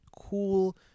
Cool